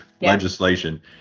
legislation